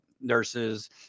nurses